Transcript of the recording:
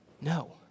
No